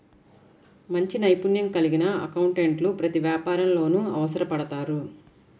మంచి నైపుణ్యం కలిగిన అకౌంటెంట్లు ప్రతి వ్యాపారంలోనూ అవసరపడతారు